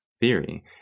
theory